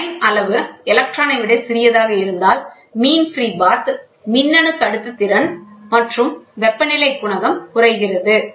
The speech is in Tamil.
க்ரைன் அளவு எலக்ட்ரானை விட சிறியதாக இருந்தால் mean free path மின்னணு கடத்துத்திறன் மற்றும் வெப்பநிலை குணகம் குறைகிறது